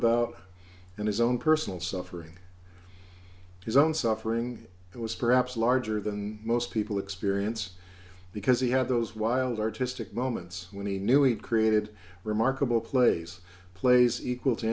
about and his own personal suffering his own suffering it was perhaps larger than most people experience because he had those wild artistic moments when he knew he had created a remarkable place plays equal to